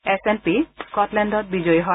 S N পিৰ স্থটলেণ্ডত বিজয়ী হয়